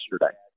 yesterday